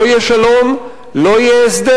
לא יהיה שלום, לא יהיה הסדר,